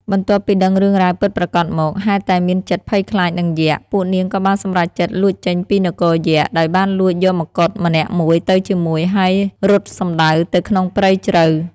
បន្ទាប់ពីដឹងរឿងរ៉ាវពិតប្រាកដមក ហេតុតែមានចិត្តភ័យខ្លាចនឹងយក្ស ពួកនាងក៏បានសម្រេចចិត្តលួចចេញពីនគរយក្ខ ដោយបានលួចយកម្កុដម្នាក់មួយទៅជាមួយ ហើយរត់សំដៅទៅក្នុងព្រៃជ្រៅ។